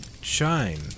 shine